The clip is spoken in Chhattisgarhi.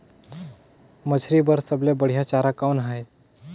मछरी बर सबले बढ़िया चारा कौन हे?